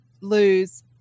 lose